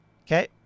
Okay